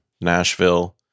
Nashville